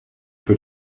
für